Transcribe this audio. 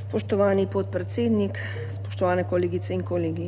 Spoštovani podpredsednik, spoštovane kolegice in kolegi!